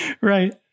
Right